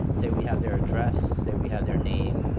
say we have their address, say we have their name,